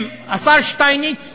עם השר שטייניץ,